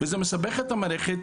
וזה מסבך את המערכת,